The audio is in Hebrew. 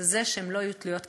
זה שהן לא יהיו תלויות כלכלית,